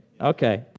Okay